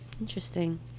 interesting